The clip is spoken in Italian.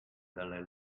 dalle